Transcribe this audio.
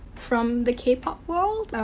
from the k-pop world. um,